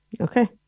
Okay